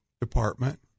department